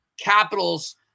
Capitals